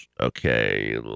okay